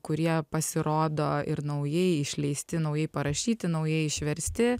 kurie pasirodo ir naujai išleisti naujai parašyti naujai išversti